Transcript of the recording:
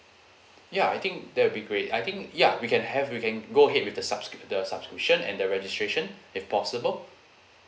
ya I think that will be great I think ya we can have you can go ahead with the subscri~ the subscription and the registration if possible